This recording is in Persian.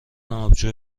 آبجو